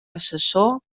assessor